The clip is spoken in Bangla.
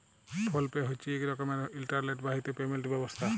ফোল পে হছে ইক রকমের ইলটারলেট বাহিত পেমেলট ব্যবস্থা